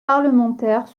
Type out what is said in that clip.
parlementaires